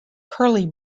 curly